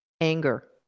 anger